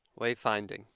wayfinding